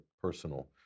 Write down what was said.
personal